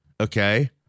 okay